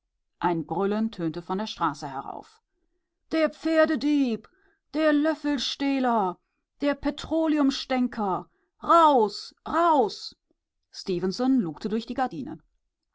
ein brüllen tönte von der straße herauf der pferdedieb der löffelstehler der petroleumstänker raus raus stefenson lugte durch die gardine